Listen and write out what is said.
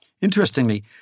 Interestingly